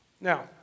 Now